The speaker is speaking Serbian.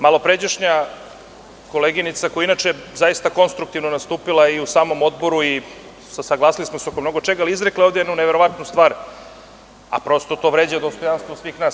Malopređašnja koleginica, koja je inače veoma konstruktivno nastupila u samom Odboru, saglasili smo se oko mnogo čega, je izrekla jednu neverovatnu stvar, a to vređa dostojanstvo svih nas.